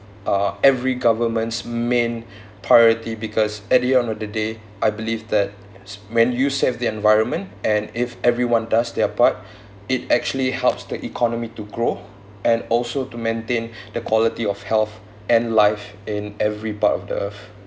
uh every governments' main priority because at the end of the day I believe that when s~ you save the environment and if everyone does their part it actually helps the economy to grow and also to maintain the quality of health and life in every part of the